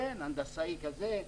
הנדסאי כזה,